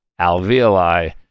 alveoli